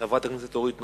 חברת הכנסת אורית נוקד.